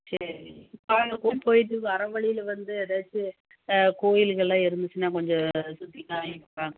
சரி இப்போ கோயிலுக்கு போய்விட்டு வர்ற வழியில் வந்து ஏதாச்சும் கோயில்களெலாம் இருந்துச்சுனால் கொஞ்சம் சுற்றி காமிப்பாங்களா